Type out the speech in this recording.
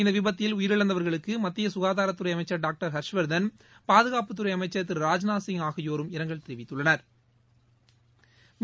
இந்த விபத்தில் உயிரிழந்தவா்களுக்கு மத்திய சுகாதாரத்துறை அமைச்சர் டாக்டர் ஹர்ஷ்வா்தன் பாதுகாப்புத்துறை அமைச்சா் திரு ராஜ்நாத்சிய் ஆகியோரும் இரங்கல் தெரிவித்துள்ளனா்